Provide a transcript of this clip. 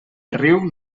riu